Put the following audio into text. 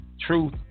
truth